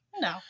No